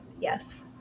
yes